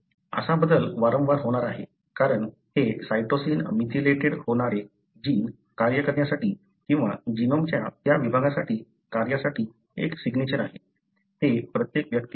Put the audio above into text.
असा बदल वारंवार होणार आहे कारण हे सायटोसिन मेथिलेटेड होणारे जीन कार्य करण्यासाठी किंवा जीनोमच्या त्या विभागाच्या कार्यासाठी एक सिग्नेचर आहे ते प्रत्येक व्यक्तीमध्ये होणार आहे